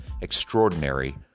extraordinary